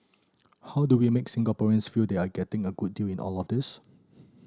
how do we make Singaporeans feel they are getting a good deal in all of this